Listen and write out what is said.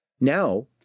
Now